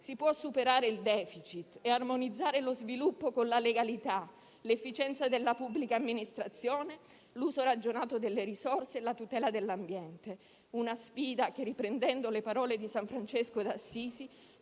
si può superare il *deficit* e armonizzare lo sviluppo con la legalità, l'efficienza della pubblica amministrazione, l'uso ragionato delle risorse e la tutela dell'ambiente. È una sfida che, riprendendo le parole di San Francesco d'Assisi,